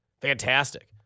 Fantastic